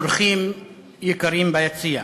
אורחים יקרים ביציע,